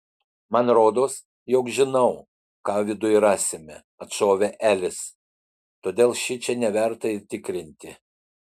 man rodos jog žinau ką viduj rasime atšovė elis todėl šičia neverta ir tikrinti